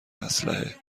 اسلحه